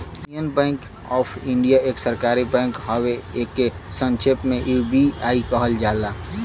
union Bank of India एक सरकारी bank हउवे एके संक्षेप में यू.बी.आई कहल जाला